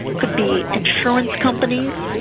could be insurance companies,